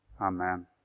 Amen